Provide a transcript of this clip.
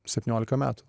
septyniolika metų